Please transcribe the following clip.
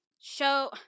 show